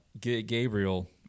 Gabriel